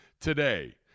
today